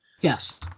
Yes